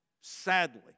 sadly